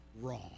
wrong